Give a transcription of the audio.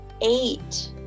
eight